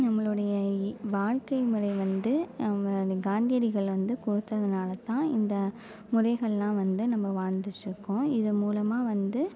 நம்மளுடைய வாழ்க்கை முறை வந்து நம்ம காந்தியடிகள் வந்து கொடுத்ததுனாலத்தான் இந்த முறைகள்லாம் வந்து வாழ்ந்துட்டு இருக்கோம் இது மூலமாக வந்து